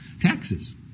taxes